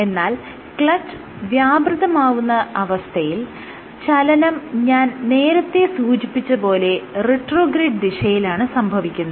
എന്നാൽ ക്ലച്ച് വ്യാപൃതമാവുന്ന അവസ്ഥയിൽ ചലനം ഞാൻ നേരത്തെ സൂചിപ്പിച്ചത് പോലെ റിട്രോഗ്രേഡ് ദിശയിലാണ് സംഭവിക്കുന്നത്